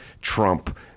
Trump